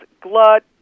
glut